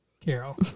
Carol